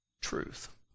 truth